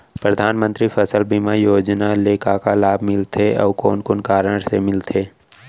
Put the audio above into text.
परधानमंतरी फसल बीमा योजना ले का का लाभ मिलथे अऊ कोन कोन कारण से मिलथे?